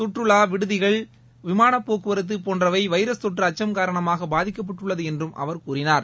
சுற்றுலா விடுதிகள் விமானப் போக்குவரத்து போன்றவை வைரஸ் தொற்று அச்சும் காரணமாக பாதிக்கப்பட்டுள்ளது என்றும் அவர் கூறினார்